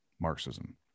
Marxism